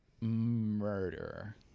murder